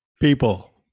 people